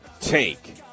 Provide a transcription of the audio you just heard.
take